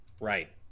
Right